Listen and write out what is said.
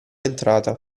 entrata